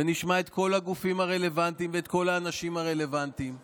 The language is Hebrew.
נשמע את כל הגופים הרלוונטיים ואת כל האנשים הרלוונטיים מבפנים,